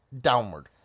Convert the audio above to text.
downward